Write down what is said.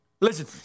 Listen